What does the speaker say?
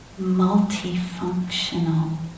multifunctional